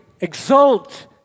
exult